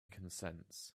consents